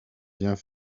viens